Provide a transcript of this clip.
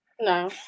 No